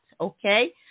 okay